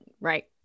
Right